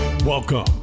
Welcome